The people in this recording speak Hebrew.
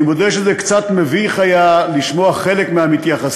אני מודה שזה היה קצת מביך לשמוע חלק מהמתייחסים,